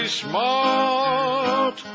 smart